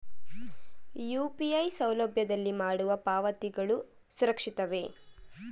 UPI ಸೌಲಭ್ಯದಲ್ಲಿ ಮಾಡುವ ಪಾವತಿಗಳು ಸುರಕ್ಷಿತವೇ?